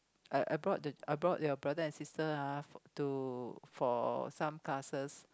I I brought the I brought your brother and sister ah to for some classes